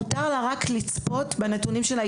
מותר לה רק לצפות בנתונים שלה.